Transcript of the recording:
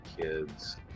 kids